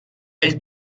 elle